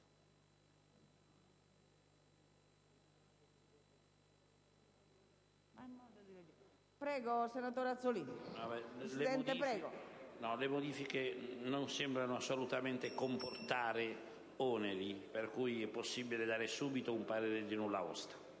4.206 non sembrano assolutamente comportare oneri, per cui è possibile dare subito un parere di nulla osta.